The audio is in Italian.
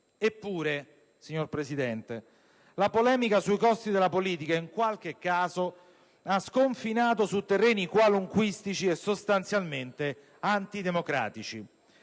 Eppure, signor Presidente, la polemica sui costi della politica in qualche caso ha sconfinato su terreni qualunquistici e sostanzialmente antidemocratici.